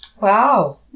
Wow